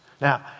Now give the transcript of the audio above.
Now